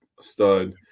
stud